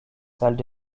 salles